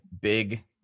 big